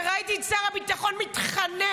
ראיתי את שר הביטחון מתחנן,